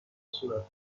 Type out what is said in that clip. صورتحساب